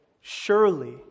Surely